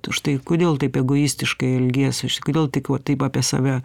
štai kodėl taip egoistiškai ilgiesi kodėl tik va taip apie save